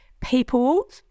people